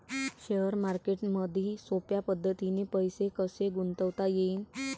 Share मार्केटमधी सोप्या पद्धतीने पैसे कसे गुंतवता येईन?